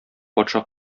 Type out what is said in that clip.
патша